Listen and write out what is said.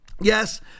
yes